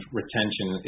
retention